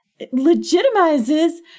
legitimizes